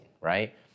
right